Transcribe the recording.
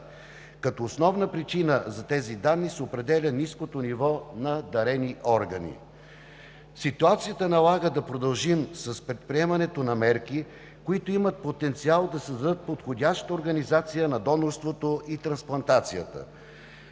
Като основна причина за тези данни се определя ниското ниво на дарени органи. Ситуацията налага да продължим с предприемането на мерки, които имат потенциал да създадат подходяща организация на донорството и трансплантацията.